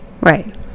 Right